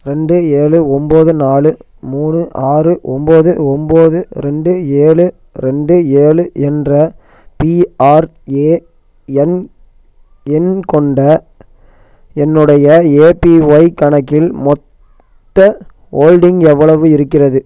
ரெண்டு ஏழு ஒம்போது நாலு மூணு ஆறு ஒம்போது ஒம்போது ரெண்டு ஏழு ரெண்டு ஏழு என்ற பிஆர்ஏஎன் எண் கொண்ட என்னுடைய ஏபிஒய் கணக்கில் மொத்த ஹோல்டிங் எவ்வளவு இருக்கிறது